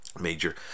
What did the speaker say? major